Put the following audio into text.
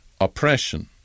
oppression